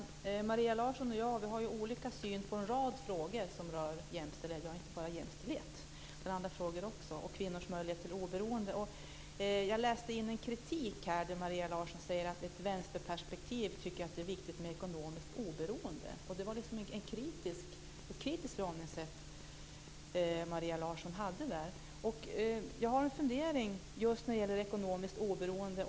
Fru talman! Maria Larsson och jag har olika syn på en rad frågor som rör jämställdhet - ja, inte bara frågor som gäller jämställdhet, utan också andra frågor - och kvinnors möjlighet till oberoende. Jag läste in en kritik här. Maria Larsson säger vi i ett vänsterperspektiv tycker att det är viktigt med ekonomiskt oberoende. Jag tolkar det som att Maria Larsson där har ett kritiskt förhållningssätt. Jag har en fundering just när det gäller ekonomiskt oberoende.